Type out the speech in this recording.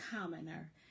commoner